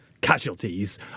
casualties